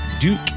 Duke